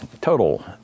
total